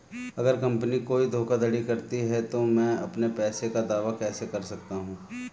अगर कंपनी कोई धोखाधड़ी करती है तो मैं अपने पैसे का दावा कैसे कर सकता हूं?